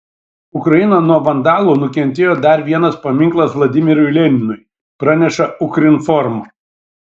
ukrainoje nuo vandalų nukentėjo dar vienas paminklas vladimirui leninui praneša ukrinform